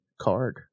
card